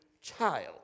child